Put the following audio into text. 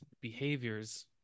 behaviors